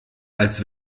als